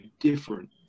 different